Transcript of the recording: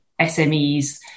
SMEs